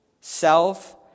self